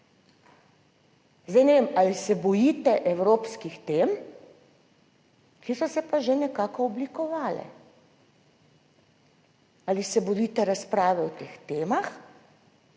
Zdaj ne vem ali se bojite evropskih tem, ki so se pa že nekako oblikovale, ali se bojite razprave o teh temah,